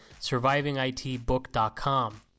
survivingitbook.com